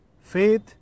faith